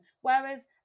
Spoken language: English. whereas